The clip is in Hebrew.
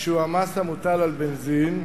שהוא המס המוטל על בנזין,